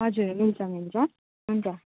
हजुर हुन्छ हुन्छ हुन्छ